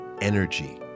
Energy